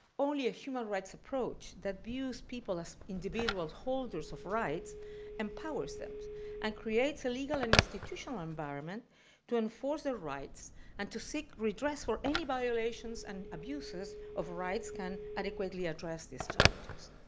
only a human rights approach that views people as individual holders of rights empowers them and creates a legal and institutional environment to enforce their rights and to seek redress for any violations and abuses of rights inadequately addressed as challenges.